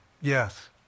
Yes